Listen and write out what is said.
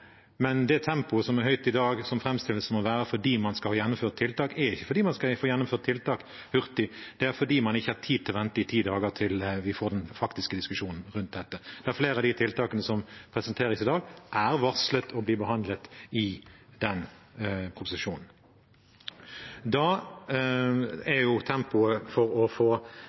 men det tempoet som er høyt i dag, og som framstilles som å være fordi man skal få gjennomført tiltak, er ikke fordi man skal få gjennomført tiltak hurtig – det er fordi man ikke har tid til å vente i ti dager, til vi får den faktiske diskusjonen rundt dette. Flere av de tiltakene som presenteres i dag, er varslet å bli behandlet i den proposisjonen. Da er ikke tempoet for å få